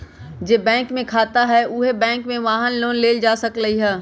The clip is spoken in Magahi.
जे बैंक में खाता हए उहे बैंक से वाहन लोन लेल जा सकलई ह